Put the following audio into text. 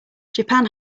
japan